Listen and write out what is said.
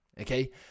okay